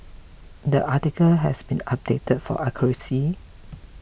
the article has been updated for accuracy